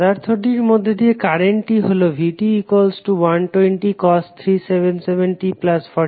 পদার্থটির মধ্যে দিয়ে কারেন্টটি হল vt120377t45°